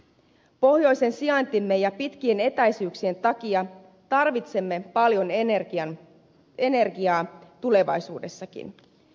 pohjoisen sijaintimme ja pitkien etäisyyksien takia tarvitsemme paljon energiaa tulevaisuudessakin